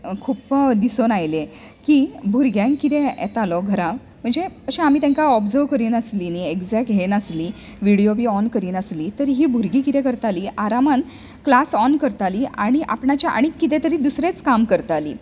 खूब दिसून आयले की भुरग्यांक कितें येतालो घरा म्हणजे अशें आमी तेंका ओबजर्व करिनासलीं न्ही एक्जेक्ट हें नासलीं व्हिडीयो बी ऑन करिनासली तरी भुरगीं कितें करतालीं आरामान क्लास ऑन करतालीं आनी आपणाचें आनीक कितें तरी दुसरेंच काम करतालीं